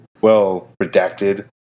well-redacted